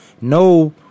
No